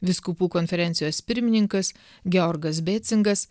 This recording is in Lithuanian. vyskupų konferencijos pirmininkas georgas bėcingas